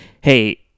Hey